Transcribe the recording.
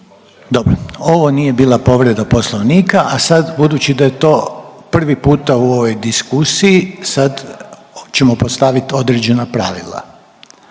Dobro, ovo nije bila povreda poslovnika, a sad budući da je to prvi puta u ovoj diskusiji sad ćemo postavit određena pravila.